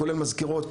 כולל מזכירות,